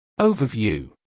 Overview